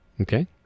Okay